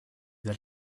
that